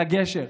לגשר,